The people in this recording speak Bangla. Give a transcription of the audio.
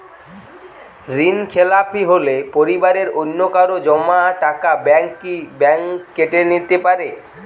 ঋণখেলাপি হলে পরিবারের অন্যকারো জমা টাকা ব্যাঙ্ক কি ব্যাঙ্ক কেটে নিতে পারে?